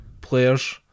players